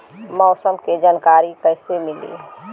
मौसम के जानकारी कैसे मिली?